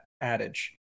adage